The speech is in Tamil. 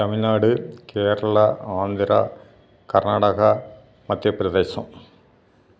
தமிழ்நாடு கேரளா ஆந்திரா கர்நாடகா மத்தியப்பிரதேசம்